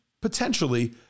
Potentially